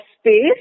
space